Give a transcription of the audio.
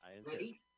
ready